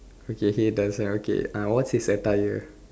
okay he doesn't okay uh what's his attire